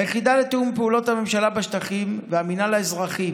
היחידה לתיאום פעולות הממשלה בשטחים והמינהל האזרחי